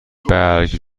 برگ